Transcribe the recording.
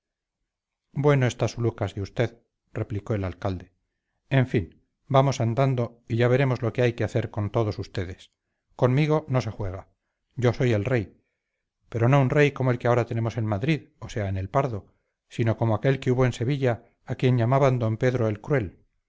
bueno está su lucas de usted replicó el alcalde en fin vamos andando y ya veremos lo que hay que hacer con todos ustedes conmigo no se juega yo soy el rey pero no un rey como el que ahora tenemos en madrid o sea en el pardo sino como aquel que hubo en sevilla a quien llamaban don pedro el cruel